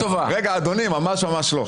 רגע, אדוני, ממש ממש לא.